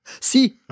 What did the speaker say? Si